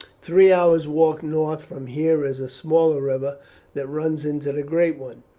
three hours' walk north from here is a smaller river that runs into the great one.